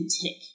tick